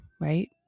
right